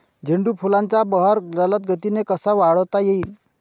झेंडू फुलांचा बहर जलद गतीने कसा वाढवता येईल?